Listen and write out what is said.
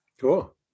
Cool